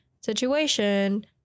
situation